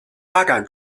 发展